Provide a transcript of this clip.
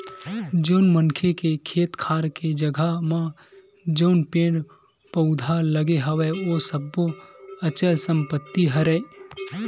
जउन मनखे के खेत खार के जघा म जउन पेड़ पउधा लगे हवय ओ सब्बो अचल संपत्ति हरय